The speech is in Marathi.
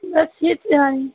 बस हेच आहे